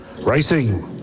Racing